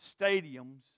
stadiums